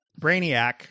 Brainiac